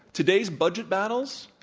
today's budget battles,